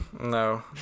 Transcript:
no